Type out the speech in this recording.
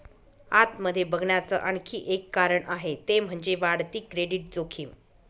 आत मध्ये बघण्याच आणखी एक कारण आहे ते म्हणजे, वाढती क्रेडिट जोखीम